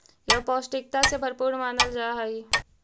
यह पौष्टिकता से भरपूर मानल जा हई